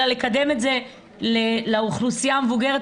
אלא לקדם את זה לאוכלוסייה המבוגרת,